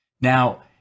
Now